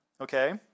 Okay